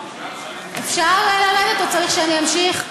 אפשר לרדת או צריך שאני אמשיך?